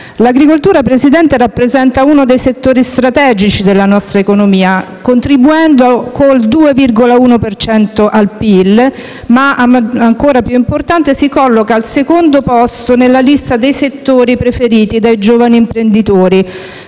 L'agricoltura, signor Presidente, rappresenta uno dei settori strategici della nostra economia, contribuendo con il 2,1 per cento al PIL e - ancora più importante - si colloca al secondo posto nella lista dei settori preferiti dai giovani imprenditori,